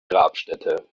grabstätte